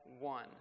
one